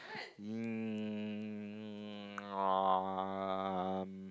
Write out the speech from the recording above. um um